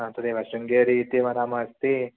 ह तदेव शृङ्गेरि इत्येव नाम अस्ति